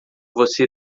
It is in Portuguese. você